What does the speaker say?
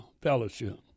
fellowship